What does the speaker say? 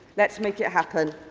let's make it happen.